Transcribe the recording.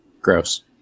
Gross